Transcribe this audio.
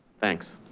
thanks.